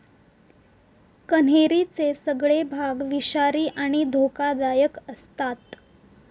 कण्हेरीचे सगळे भाग विषारी आणि धोकादायक आसतत